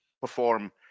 perform